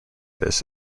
this